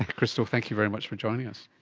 crystal, thank you very much for joining us.